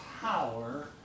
power